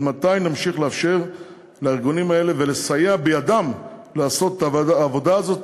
עד מתי נמשיך לאפשר לארגונים האלה ולסייע בידם לעשות את העבודה הזאת,